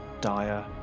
dire